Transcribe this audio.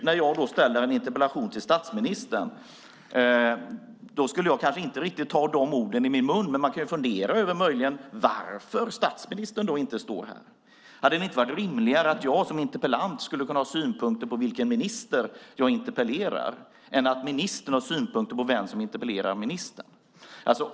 När jag nu ställer en interpellation till statsministern skulle jag kanske inte ta de orden i min mun, men man kan fundera över varför statsministern inte står här. Hade det inte varit rimligare att jag som interpellant skulle kunna ha synpunkter på vilken minister jag interpellerar än att ministern har synpunkter på vem som interpellerar ministern?